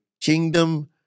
kingdom